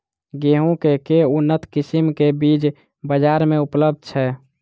गेंहूँ केँ के उन्नत किसिम केँ बीज बजार मे उपलब्ध छैय?